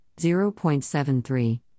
0.73